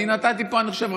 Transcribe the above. אני נתתי פה רעיון: